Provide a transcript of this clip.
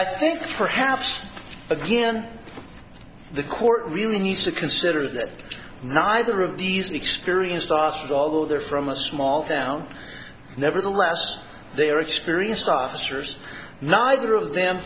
i think perhaps again the court really needs to consider that neither of these experienced asked although they're from a small town nevertheless they are experienced officers neither of them